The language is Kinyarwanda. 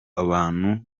abantu